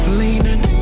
leaning